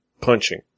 punching